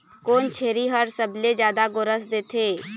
कोन छेरी हर सबले जादा गोरस देथे?